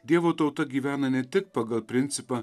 dievo tauta gyvena ne tik pagal principą